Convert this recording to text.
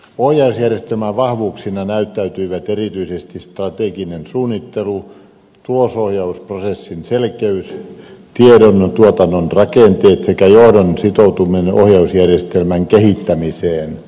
ohjausjärjestelmän vahvuuksina näyttäytyivät erityisesti strateginen suunnittelu tulosohjausprosessin selkeys tiedontuotannon rakenteet sekä johdon sitoutuminen ohjausjärjestelmän kehittämiseen